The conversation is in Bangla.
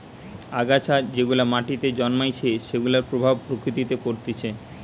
আগাছা যেগুলা মাটিতে জন্মাইছে সেগুলার প্রভাব প্রকৃতিতে পরতিছে